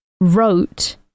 wrote